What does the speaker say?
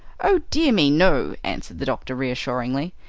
oh, dear me, no! answered the doctor reassuringly.